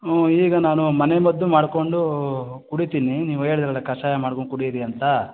ಊಂ ಈಗ ನಾನು ಮನೆಮದ್ದು ಮಾಡಿಕೊಂಡು ಕುಡೀತೀನಿ ನೀವು ಹೇಳಿದ್ರಲ್ಲ ಕಷಾಯ ಮಾಡ್ಕೊಂಡು ಕುಡೀರಿ ಅಂತ